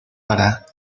para